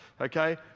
okay